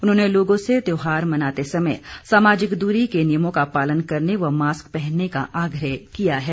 उन्होंने लोगों से त्यौहार मनाते समय सामाजिक दूरी के नियमों का पालन करने व मास्क पहनने का आग्रह किया है